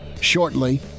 shortly